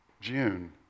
June